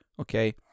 Okay